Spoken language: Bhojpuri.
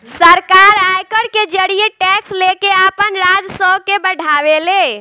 सरकार आयकर के जरिए टैक्स लेके आपन राजस्व के बढ़ावे ले